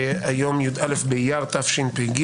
היום י"א באייר תשפ"ג.